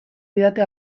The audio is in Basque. didate